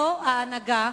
זאת ההנהגה